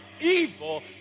evil